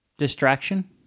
Distraction